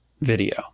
video